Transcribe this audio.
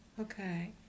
Okay